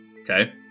Okay